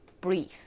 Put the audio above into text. Breathe